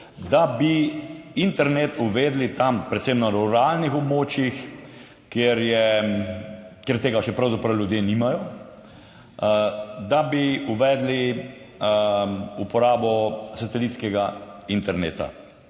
da bi internet uvedli tam, predvsem na ruralnih območjih, kjer tega ljudje pravzaprav še nimajo, da bi uvedli uporabo satelitskega interneta.